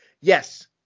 Yes